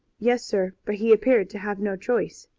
yes, sir but he appeared to have no choice.